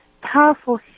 powerful